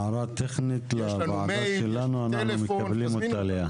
הערה טכנית לוועדה שלנו, אנחנו מקבלים אותה לאה.